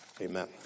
Amen